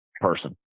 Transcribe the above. person